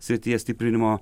srities stiprinimo